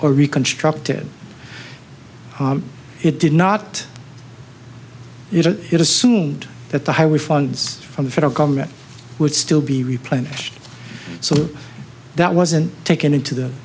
or reconstructed it did not you know it assumed that the highway funds from the federal government would still be replenished so that wasn't taken into